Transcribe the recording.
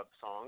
song